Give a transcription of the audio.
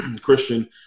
Christian